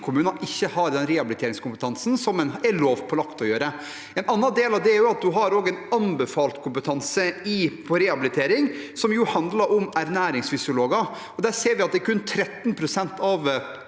kommuner ikke har den rehabiliteringskompetansen som en er lovpålagt å ha. En annen del av det er at en har en anbefalt kompetanse på rehabilitering, som jo handler om ernæringsfysiologer, og der ser vi at det kun er 13 pst. av